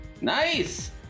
Nice